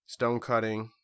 Stonecutting